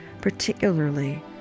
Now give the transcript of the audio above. particularly